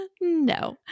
No